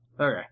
Okay